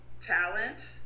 talent